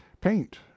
paint